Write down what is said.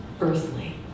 earthly